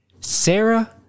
Sarah